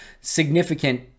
significant